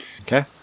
Okay